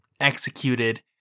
executed